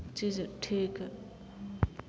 चीज ठीक